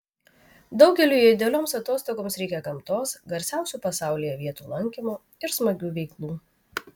daugeliui idealioms atostogoms reikia gamtos garsiausių pasaulyje vietų lankymo ir smagių veiklų